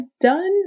done